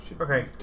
Okay